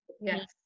yes